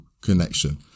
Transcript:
connection